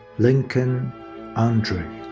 lincoln andre.